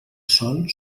sol